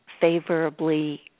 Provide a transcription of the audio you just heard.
favorably